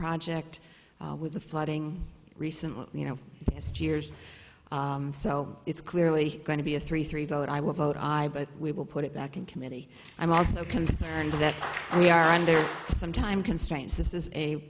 project with the flooding recently you know just years so it's clearly going to be a three three vote i will vote i but we will put it back in committee i'm also concerned that we are under some time constraints this is a